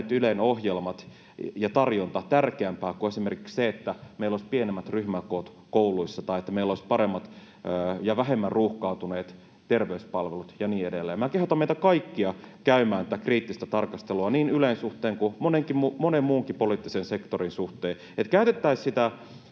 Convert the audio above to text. ohjelmat ja tarjonta tärkeämpää kuin esimerkiksi se, että meillä olisi pienemmät ryhmäkoot kouluissa tai että meillä olisi paremmat ja vähemmän ruuhkautuneet terveyspalvelut ja niin edelleen. Minä kehotan meitä kaikkia käymään tätä kriittistä tarkastelua niin Ylen suhteen kuin monen muunkin poliittisen sektorin suhteen, että käytettäisiin sitä